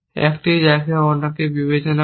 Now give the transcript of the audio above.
একটি যাকে অনেকে বিবেচনা করে